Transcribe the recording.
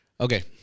Okay